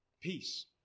peace